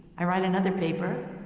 i write another paper.